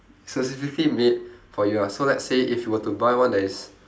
specifically made for you ah so let's say if you were to buy one that is